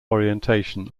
orientation